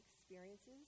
experiences